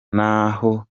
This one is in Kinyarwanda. naho